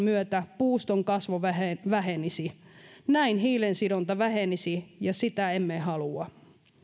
myötä puuston kasvu vähenisi näin hiilensidonta vähenisi ja sitä emme halua